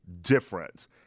difference